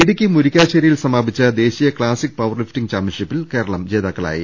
ഇടുക്കി മുരിക്കാശ്ശേരിയിൽ സമാപിച്ചു ദേശീയ ക്ലാസിക് പവർ ലിഫ്റ്റിങ് ചാംപ്യൻഷിപ്പിൽ കേരളം ജേതാക്കളായി